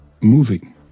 moving